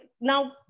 Now